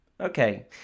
Okay